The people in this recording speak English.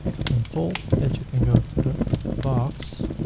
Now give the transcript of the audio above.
i've been told that you can go to the box.